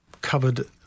covered